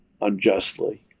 unjustly